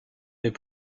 est